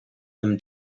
them